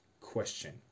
question